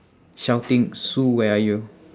shouting sue where are you